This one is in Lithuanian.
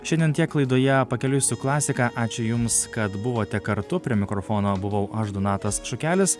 šiandien tiek laidoje pakeliui su klasika ačiū jums kad buvote kartu prie mikrofono buvau aš donatas šukelis